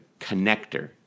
connector